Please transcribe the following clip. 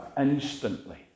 Instantly